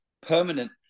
permanent